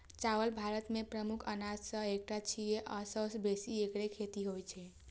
चावल भारत के प्रमुख अनाज मे सं एकटा छियै आ सबसं बेसी एकरे खेती होइ छै